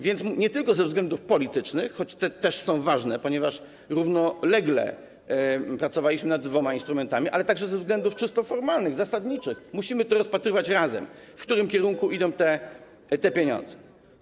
Więc nie tylko ze względów politycznych, choć te też są ważne, ponieważ równolegle pracowaliśmy nad dwoma instrumentami, lecz także ze względów czysto formalnych, zasadniczych musimy rozpatrywać razem, w którym kierunku idą te pieniądze.